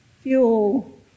fuel